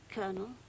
Colonel